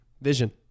Vision